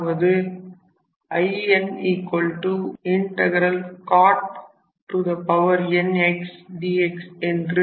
அதாவது Incot n x dx என்று